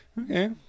okay